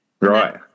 Right